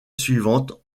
suivante